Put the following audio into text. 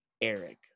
Eric